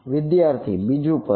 વિદ્યાર્થી બીજું પદ